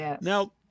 Now